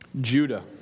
Judah